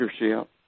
leadership